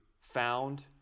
found